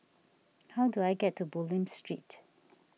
how do I get to Bulim Street